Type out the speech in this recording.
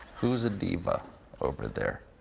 who's a diva over there?